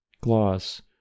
Gloss